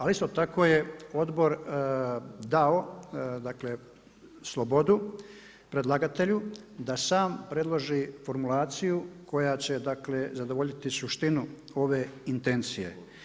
Ali isto tako je odbor dao, dakle slobodu predlagatelju da sam predloži formulaciju koja će, dakle zadovoljiti suštinu ove intencije.